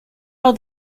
all